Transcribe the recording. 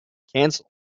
cancelled